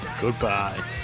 Goodbye